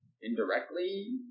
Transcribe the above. indirectly